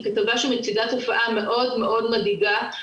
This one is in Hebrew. היא כתבה שמציגה תופעה מאוד מאוד מדאיגה,